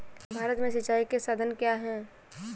भारत में सिंचाई के साधन क्या है?